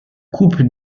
coupe